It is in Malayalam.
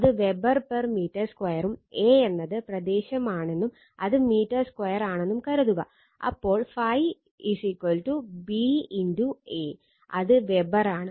അത് വെബർ പെർ മീറ്റർ സ്ക്വയറും A എന്നത് പ്രദേശമാണെന്നും അത് മീറ്റർ സ്ക്വയർ ആണെന്നും കരുതുക അപ്പോൾ ∅ B A അത് വെബർ ആണ്